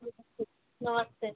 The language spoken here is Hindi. चलो ठीक नमस्ते